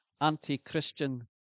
anti-Christian